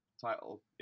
title